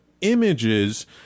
images